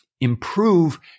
improve